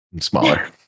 Smaller